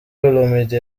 olomide